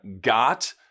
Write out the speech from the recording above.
got